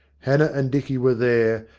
hannah and dicky were there,